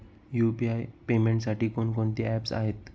UPI पेमेंटसाठी कोणकोणती apps आहेत?